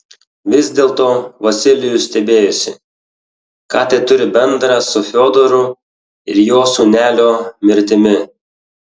vis dėlto vasilijus stebėjosi ką tai turi bendra su fiodoru ir jo sūnelio mirtimi